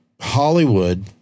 Hollywood